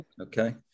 okay